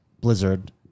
Blizzard